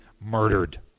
murdered